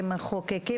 כמחוקקים,